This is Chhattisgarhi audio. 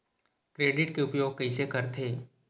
क्रेडिट के उपयोग कइसे करथे?